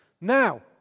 now